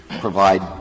provide